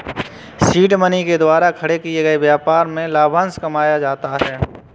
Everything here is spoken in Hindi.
सीड मनी के द्वारा खड़े किए गए व्यापार से लाभांश कमाया जाता है